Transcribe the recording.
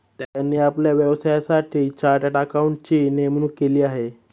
त्यांनी आपल्या व्यवसायासाठी चार्टर्ड अकाउंटंटची नेमणूक केली आहे